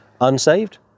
unsaved